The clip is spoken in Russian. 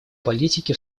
политики